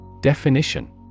Definition